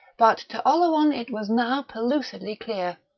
but to oleron it was now pellucidly clear.